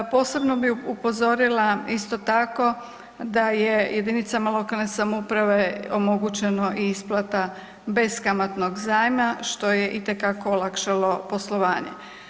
Posebno bih upozorila isto tako da je jedinicama lokalne samouprave omogućeno i isplata beskamatnog zajma što je itekako olakšalo poslovanje.